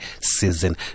season